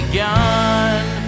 gone